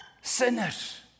sinners